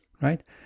right